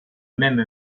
même